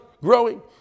growing